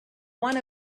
one